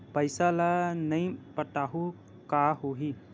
पईसा ल नई पटाहूँ का होही?